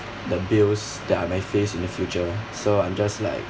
the bills that I might face in the future so I'm just like